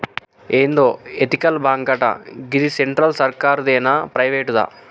ఏందో ఎతికల్ బాంకటా, గిది సెంట్రల్ సర్కారుదేనా, ప్రైవేటుదా